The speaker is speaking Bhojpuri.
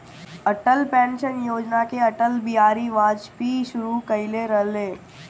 अटल पेंशन योजना के अटल बिहारी वाजपयी शुरू कईले रलें